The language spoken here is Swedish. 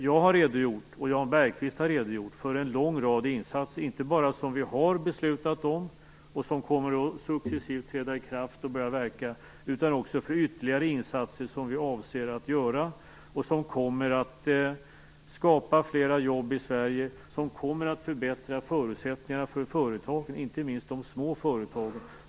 Jag och Jan Bergqvist har redojort för en lång rad insatser, inte bara sådana vi redan har beslutat om och som successivt kommer att träda i kraft. Vi har också redogjort för ytterligare insatser som vi avser att göra och som kommer att skapa flera jobb i Sverige och förbättra förutsättningarna för inte minst de små företagen.